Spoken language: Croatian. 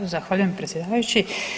zahvaljujem predsjedavajući.